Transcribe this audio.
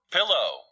Pillow